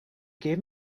gave